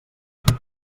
dubte